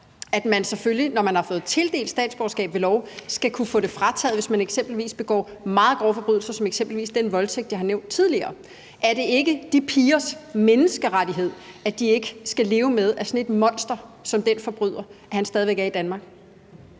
at man selvfølgelig, når man har fået tildelt et statsborgerskab ved lov, skal kunne få det frataget, hvis man begår meget grove forbrydelser som eksempelvis den voldtægt, jeg har nævnt tidligere. Er det ikke de pigers menneskerettighed, at de ikke skal leve med, at sådan et monster som den forbryder stadig væk er i Danmark?